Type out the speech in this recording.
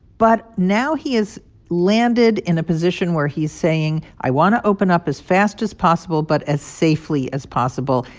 but now he has landed in a position where he's saying, i want to open up as fast as possible but as safely as possible,